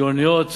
שאוניות